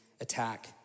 attack